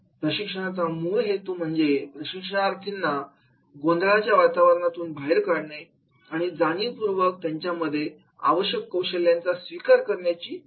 प्रशिक्षणाचा मूळ हेतू म्हणजे प्रशिक्षणार्थींना गोंधळाच्या वातावरणातून बाहेर काढणं आणि जाणीवपूर्वक त्यांच्यामध्ये आवश्यक कौशल्यांचा स्वीकार करण्याची क्षमता निर्माण करणं